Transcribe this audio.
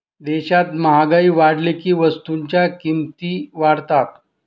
देशात महागाई वाढली की वस्तूंच्या किमती वाढतात